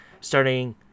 starting